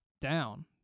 down